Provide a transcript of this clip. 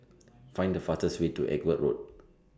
Find The fastest Way to Edgware Road